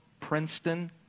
Princeton